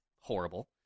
horrible